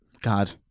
God